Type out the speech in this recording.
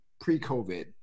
pre-covid